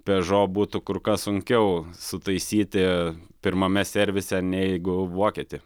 pežo būtų kur kas sunkiau sutaisyti pirmame servise nei gu vokietį